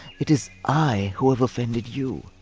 it is i, who have offended you!